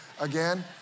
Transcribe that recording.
again